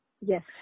Yes